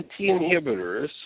inhibitors